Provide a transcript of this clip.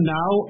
now